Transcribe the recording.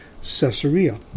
Caesarea